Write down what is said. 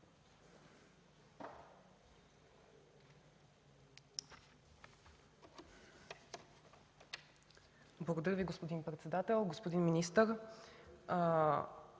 Благодаря Ви, господин председател. Господин министър,